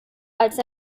als